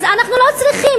אז אנחנו לא צריכים,